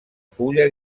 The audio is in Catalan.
fulla